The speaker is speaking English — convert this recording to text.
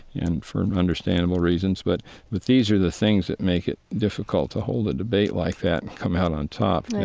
and for understandable reasons. but but these are the things that make it difficult to hold a debate like that and come out on top and and